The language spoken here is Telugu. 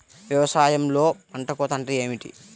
వ్యవసాయంలో పంట కోత అంటే ఏమిటి?